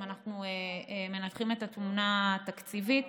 אם אנחנו מנתחים את התמונה התקציבית,